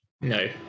No